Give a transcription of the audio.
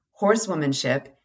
horsewomanship